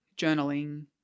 journaling